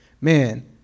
man